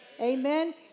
Amen